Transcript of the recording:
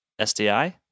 SDI